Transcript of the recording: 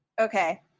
Okay